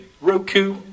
Roku